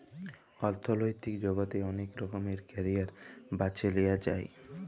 অথ্থলৈতিক জগতে অলেক রকমের ক্যারিয়ার বাছে লিঁয়া যায়